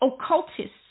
Occultists